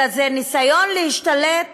אלא זה ניסיון להשתלט